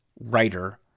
writer